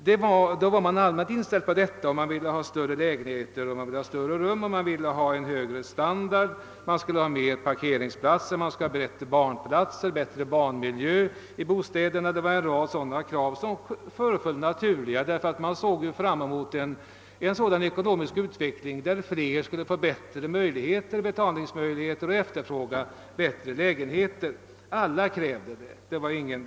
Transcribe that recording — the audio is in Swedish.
Man var alltså i allmänhet inställd på att det skulle vara större lägenheter, större rum och hög re standard. Det skulle finnas flera parkeringsplatser, bättre barnmiljö och en rad liknande saker som föreföll naturliga, ty man såg fram emot en ekonomisk utveckling som skulle ge flera människor större betalningsförmåga så att de skulle kunna efterfråga bättre lägenheter. Alla krävde vad jag nu nämnt.